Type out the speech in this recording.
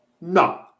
No